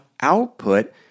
output